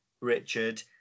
Richard